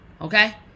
Okay